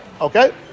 Okay